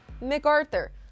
MacArthur